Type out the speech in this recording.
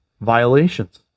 violations